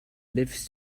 lives